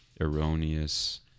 erroneous